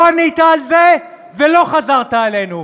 לא ענית על זה ולא חזרת אלינו.